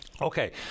Okay